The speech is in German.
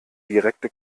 direkte